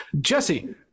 Jesse